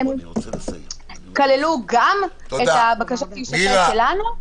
שהם כללו גם את הבקשות להישפט שלנו,